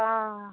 অ